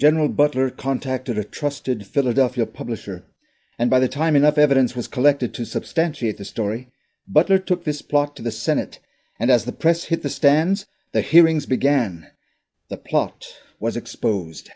general butler contacted a trusted philadelphia publisher and by the time enough evidence was collected to substantiate the story but there took this block to the senate and as the press hit the stands the hearings began the plot was exposed